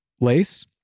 Lace